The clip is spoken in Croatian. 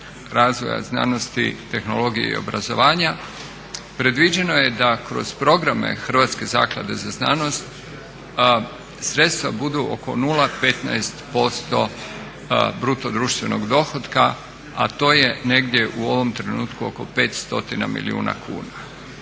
razvoja znanosti, tehnologije i obrazovanja predviđeno je da kroz programe Hrvatske zaklade za znanost sredstva budu oko 0,15% bruto društvenog dohotka, a to je negdje u ovom trenutku oko 500 milijuna kuna.